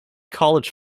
college